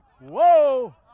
whoa